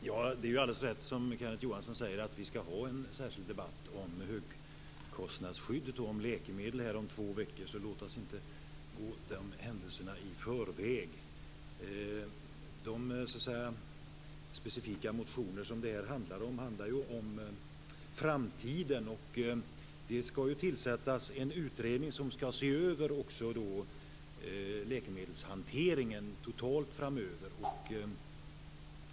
Fru talman! Det alldeles rätt som Kenneth Johansson säger att vi skall ha en särskild debatt här i kammaren om högkostnadsskyddet och om läkemedel om två veckor. Låt oss inte gå den händelsen i förväg. De specifika motioner det här är fråga om handlar om framtiden. Det skall tillsättas en utredning som skall se över hela läkemedelshanteringen framöver.